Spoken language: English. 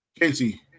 Casey